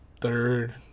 third